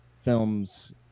films